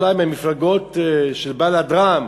אולי, מהמפלגות של בל"ד ורע"ם,